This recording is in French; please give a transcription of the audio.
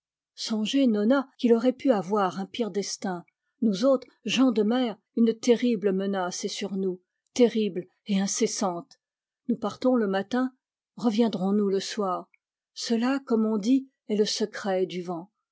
songez nona qu'il aurait pu avoir un pire destin nous autres gens de mer une terrible menace est sur nous terrible et incessante nous partons le matin reviendrons nous le soir cela comme on dit est le secret du vent